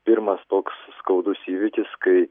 pirmas toks skaudus įvykis kai